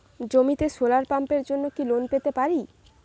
জমিতে সোলার পাম্পের জন্য কি লোন পেতে পারি?